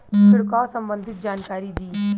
छिड़काव संबंधित जानकारी दी?